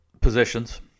positions